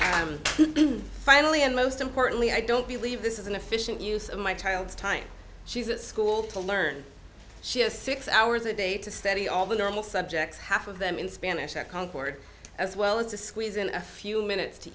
am finally and most importantly i don't believe this is an efficient use of my child's time she's at school to learn she has six hours a day to study all the normal subjects half of them in spanish at concord as well as to squeeze in a few minutes to